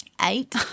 eight